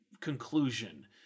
conclusion